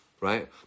right